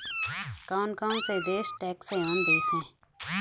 कौन कौन से देश टैक्स हेवन देश हैं?